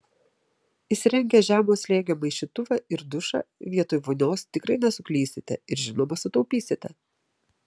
įsirengę žemo slėgio maišytuvą ir dušą vietoj vonios tikrai nesuklysite ir žinoma sutaupysite